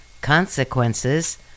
consequences